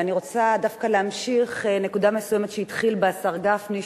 ואני רוצה דווקא להמשיך נקודה מסוימת שהתחיל בה חבר הכנסת גפני.